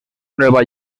nueva